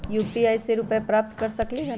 UPI से रुपए प्राप्त कर सकलीहल?